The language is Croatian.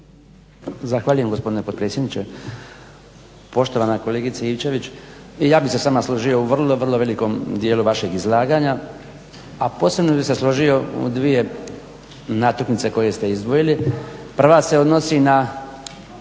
Zahvaljujem gospodine potpredsjedniče. Poštovana kolegice Ivčević, ja bih se s vama složio u vrlo, vrlo veliko dijelu vašeg izlaganja, a posebno bih se složio u dvije natuknice koje ste izdvojili. Prva se odnosi na